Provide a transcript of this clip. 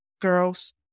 girls